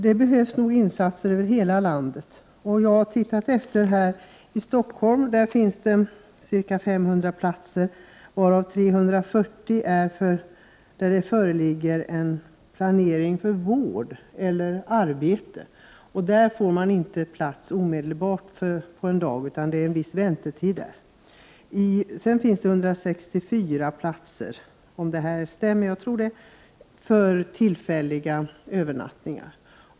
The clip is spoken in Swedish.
Det behövs alltså insatser över hela landet. Jag har tagit reda på att det i Stockholm finns ca 500 platser, varav 340 är avsedda att användas i sådana fall då det föreligger planering för vård eller arbete. Där får man inte plats omedelbart samma dag, utan där har man en viss väntetid. Sedan finns det, om uppgifterna stämmer, 164 platser för tillfälliga övernattningar.